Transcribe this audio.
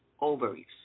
ovaries